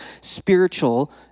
spiritual